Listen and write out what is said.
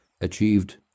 achieved